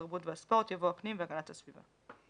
התרבות והספורט" יבוא "הפנים והגנת הסביבה".